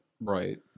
right